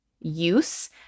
use